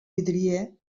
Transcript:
vidrier